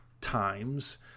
times